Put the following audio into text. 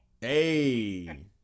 Hey